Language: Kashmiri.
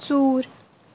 ژوٗر